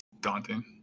daunting